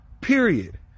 Period